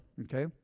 Okay